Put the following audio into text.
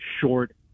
Short